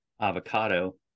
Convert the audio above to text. avocado